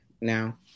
now